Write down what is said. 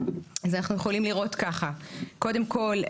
אנחנו יכולים לראות ככה: קודם כל,